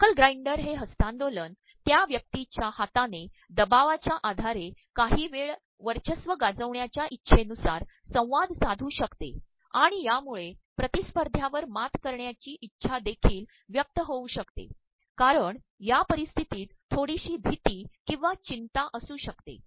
नकल ग्राइंडर हे हस्त्तांदोलन त्या व्यक्तीच्या हातानेदबावाच्या आधारे काहीवेळा वचयस्त्व गाजवण्याच्या इच्छेनुसार संवाद साधूशकतेआणण यामुळे िततस्त्पध्यायवर मात करण्याची इच्छा देखील व्यक्त होऊ शकते कारण या पररप्स्त्र्तीत र्ोडीशी भीती ककंवा चचतं ा असूशकते